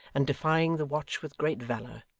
and defying the watch with great valour.